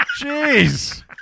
Jeez